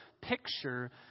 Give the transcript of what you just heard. picture